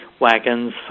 wagons